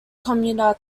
commuter